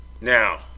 now